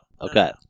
Okay